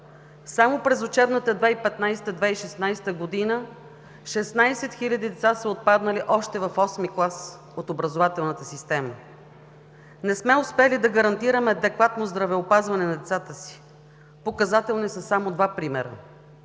Само през учебната 2015 – 2016 г. 16 хил. деца са отпаднали още в VIII клас от образователната система. Не сме успели да гарантираме адекватно здравеопазване на децата си, показателни са само два примера.